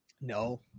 No